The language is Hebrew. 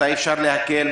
מתי אפשר להקל,